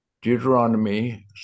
Deuteronomy